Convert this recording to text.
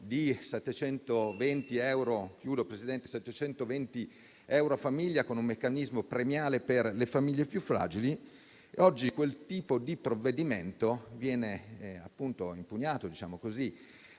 di 720 euro a famiglia, con un meccanismo premiale per le famiglie più fragili. Oggi quel tipo di provvedimento viene impugnato dall'Unione